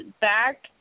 back